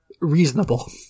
reasonable